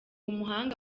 umuhanga